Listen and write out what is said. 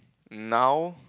now